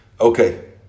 Okay